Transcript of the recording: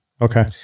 Okay